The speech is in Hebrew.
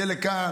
יהיה לכאן,